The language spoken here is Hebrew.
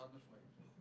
חד-משמעית.